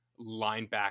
linebacker